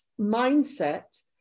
mindset